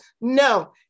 No